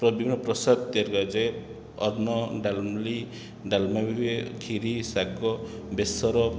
ବିଭିନ୍ନ ପ୍ରସାଦ ତିଆରି କରାଯାଏ ଅନ୍ନ ଡାଲି ଡାଲମା ବି ହୁଏ ଖିରୀ ଶାଗ ବେସର